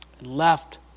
left